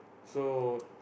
so